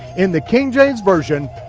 in the king james version,